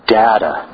data